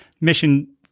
mission